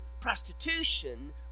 prostitution